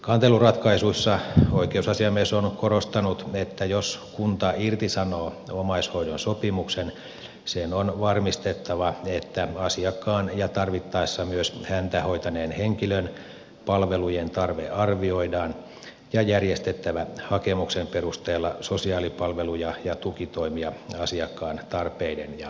kanteluratkaisuissa oikeusasiamies on korostanut että jos kunta irtisanoo omaishoidon sopimuksen sen on varmistettava että asiakkaan ja tarvittaessa myös häntä hoitaneen henkilön palvelujen tarve arvioidaan ja järjestettävä hakemuksen perusteella sosiaalipalveluja ja tukitoimia asiakkaan tarpeiden ja olosuhteiden mukaan